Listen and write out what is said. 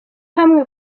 hamwe